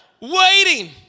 waiting